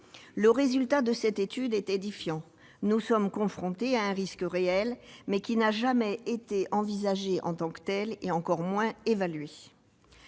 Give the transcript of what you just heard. Le résultat de cette étude est édifiant : nous sommes confrontés à un risque réel, mais celui-ci n'a jamais été envisagé en tant que tel, et encore moins évalué.